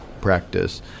practice